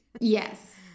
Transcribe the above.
Yes